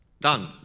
Done